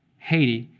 haiti,